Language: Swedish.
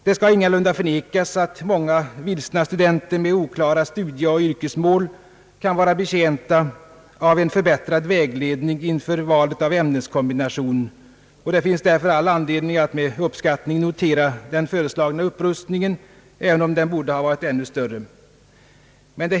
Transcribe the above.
Det skall ingalunda förnekas att många vilsna studenter med oklara studieoch yrkesmål kan vara betjänta av en förbättrad vägledning inför valet av ämneskombination, och det finns därför all anledning att med uppskattning notera den föreslagna upprustningen, även om den borde ha varit än större.